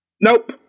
Nope